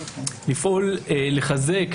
לפעול לחזק,